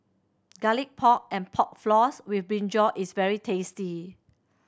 Garlic Pork and Pork Floss with brinjal is very tasty